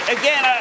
again